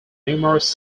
numerous